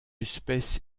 espèce